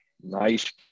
nice